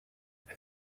and